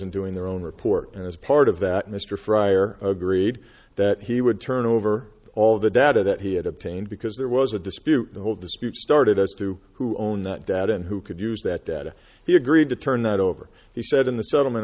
and doing their own report and as part of that mr fryer agreed that he would turn over all the data that he had obtained because there was a dispute the whole dispute started as to who owned that data and who could use that data he agreed to turn that over he said in the settlement